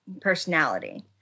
personality